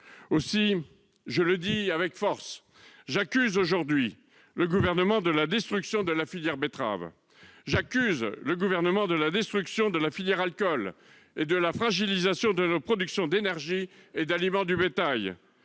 Aussi, je le dis avec force, j'accuse le Gouvernement de la destruction de la filière betterave. J'accuse le Gouvernement de la destruction de la filière alcool et de la fragilisation de notre production d'énergie et d'aliments pour le bétail.